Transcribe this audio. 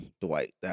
Dwight